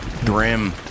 Grim